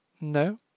No